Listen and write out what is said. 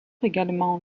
également